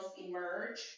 emerge